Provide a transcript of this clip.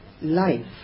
life